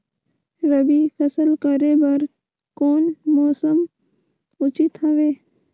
रबी फसल करे बर कोन मौसम उचित हवे?